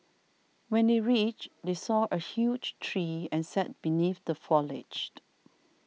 when they reached they saw a huge tree and sat beneath the foliage